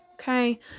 okay